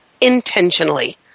intentionally